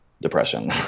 depression